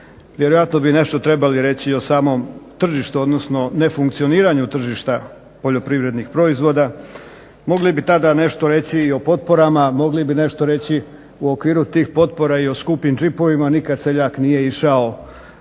vjerojatno bi nešto trebali reći o samom tržištu odnosno nefunkcioniranju tržišta poljoprivrednih proizvoda. Mogli bi tada nešto reći i o potporama, mogli bi nešto reći u okviru tih potpora i o skupim džipovima. Nikad seljak nije išao